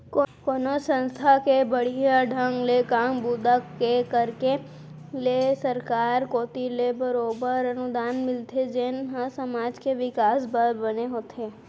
कोनो संस्था के बड़िहा ढंग ले काम बूता के करे ले सरकार कोती ले बरोबर अनुदान मिलथे जेन ह समाज के बिकास बर बने होथे